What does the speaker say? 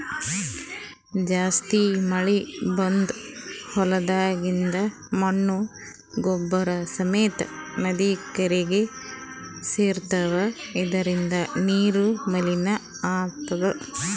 ಜಾಸ್ತಿ ಮಳಿ ಬಂದ್ ಹೊಲ್ದಾಗಿಂದ್ ಮಣ್ಣ್ ಗೊಬ್ಬರ್ ಸಮೇತ್ ನದಿ ಕೆರೀಗಿ ಸೇರ್ತವ್ ಇದರಿಂದ ನೀರು ಮಲಿನ್ ಆತದ್